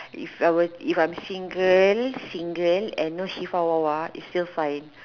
if I were if I'm single single and no see for !wah! !wah! it's still fine